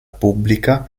pubblica